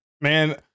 Man